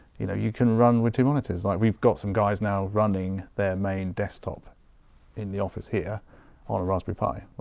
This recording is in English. you know you can run what you want it to. it's like, we've got some guys now running their main desktop in the office here on a raspberry pi.